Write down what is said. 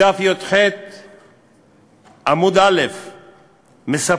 בדף י"ח עמוד א', מספרת: